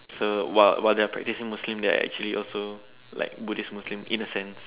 so while while they are practicing Muslims they are also like practicing Buddhist Muslim in a sense